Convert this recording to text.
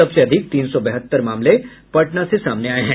सबसे अधिक तीन सौ बहत्तर मामले पटना से सामने आये हैं